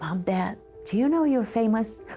um dad, do you know you're famous?